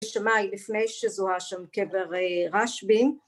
שמיים לפני שזוהה שם קבר רשבי